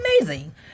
amazing